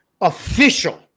official